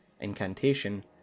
incantation